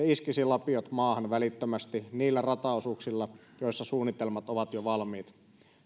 iskisi lapiot maahan välittömästi niillä rataosuuksilla joiden suunnitelmat ovat jo valmiit